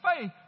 faith